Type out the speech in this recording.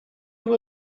you